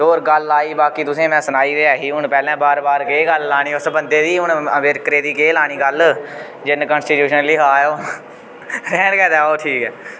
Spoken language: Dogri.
होर गल्ल आई बाकि तुसें ई में सनाई ते ऐ ही हून पैह्लें बार बार केह् गल्ल लानी उस बन्दे दी हून अंबेडकर दी केह् लानी गल्ल जिन्न कॉन्स्टिट्यूशन लिखा दा ओह् रैह्न गै देओ ठीक ऐ